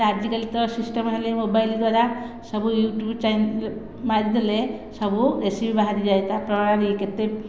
ଆଜିକାଲି ତ ସିଷ୍ଟମ୍ ହେଲାଣି ମୋବାଇଲ ଦ୍ୱାରା ସବୁ ୟୁଟ୍ୟୁବ୍ ଚ୍ୟାନେଲ୍ ମାରିଦେଲେ ସବୁ ରେସିପି ବାହାରି ଯାଏ ତା' ପ୍ରଣାଳୀ କେତେ